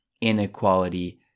inequality